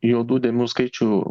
juodų dėmių skaičių